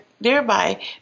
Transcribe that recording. thereby